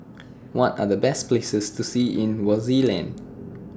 What Are The Best Places to See in Swaziland